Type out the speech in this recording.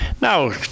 Now